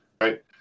right